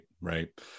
right